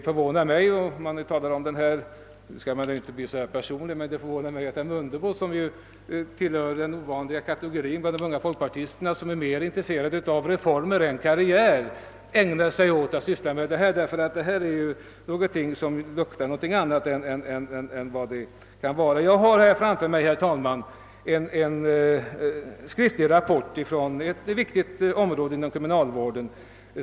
Vi skall visserligen i våra debatter inte gå in på personliga förhållanden, men jag vill säga att det förvånar mig att herr Mundebo som tillhör den ovanliga kategorin bland unga folkpartister, som är mera intresserad av reformer än av karriär, ägnar sig åt detta område, eftersom det som vi nu diskuterar är något som är annorlunda än det verkar vara. Jag har framför mig, herr talman, en skriftlig rapport från ett viktigt område inom kriminalvården.